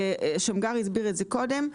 שמגר הסביר את זה קודם.